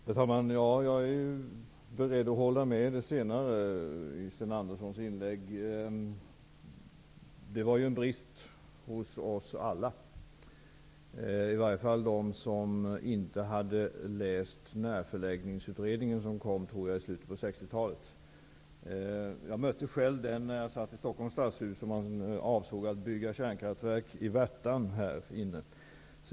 Herr talman! Jag är beredd att hålla med om den avslutande delen av Sten Anderssons i Malmö inlägg. Det var en brist hos oss alla, i varje fall hos dem som inte hade tagit del av närförläggningsutredningen, som kom i slutet av 60-talet. Jag tog själv del av den när jag satt i Stockholms stadshus, då man avsåg att bygga kärnkraftverk i Värtan.